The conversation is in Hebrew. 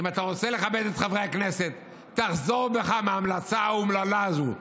חברי הכנסת, תחזור בך מההמלצה האומללה הזו.